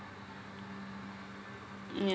ya